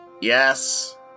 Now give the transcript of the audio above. Yes